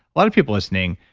a lot of people listening,